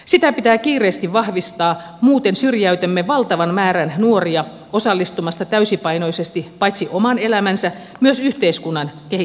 sitä pitää kiireesti vahvistaa muuten syrjäytämme valtavan määrän nuoria osallistumasta täysipainoisesti paitsi oman elämänsä myös yhteiskunnan kehittämiseen